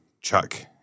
chuck